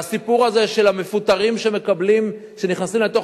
והסיפור הזה של המפוטרים שנכנסים לתוך